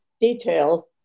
detail